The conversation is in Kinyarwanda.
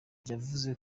yavuze